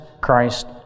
Christ